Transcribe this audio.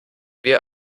wir